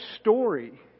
story